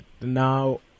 now